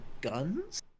guns